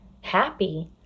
happy